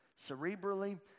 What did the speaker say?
cerebrally